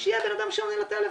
שיהיה בן אדם שעונה לטלפון.